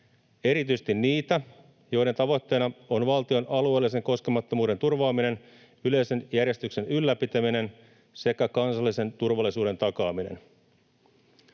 erityisesti niitä, joiden tavoitteena on valtion alueellisen koskemattomuuden turvaaminen, yleisen järjestyksen ylläpitäminen sekä kansallisen turvallisuuden takaaminen.”